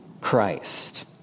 Christ